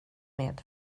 med